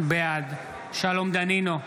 בעד שלום דנינו,